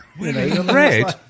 Red